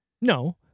No